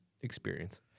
experience